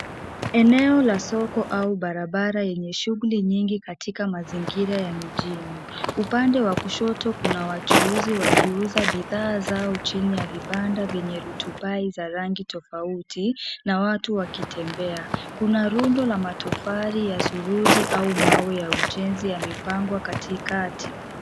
Eneo la soko au barabara yenye shughuli nyingi katika mazingira ya mijini. Upande wa kushoto kuna wachuuzi wakiuza bidhaa zao chini ya vibanda vyenye rutubai za rangi tofauti na watu wakitembea. Kuna rundo la matofali ya saruji au mawe ya ujenzi yamepangwa katikati.